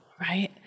Right